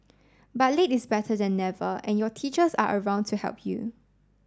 but late is better than never and your teachers are around to help you